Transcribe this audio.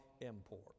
import